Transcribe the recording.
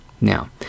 Now